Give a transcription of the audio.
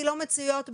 זה לא רלוונטי לגביה,